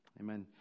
Amen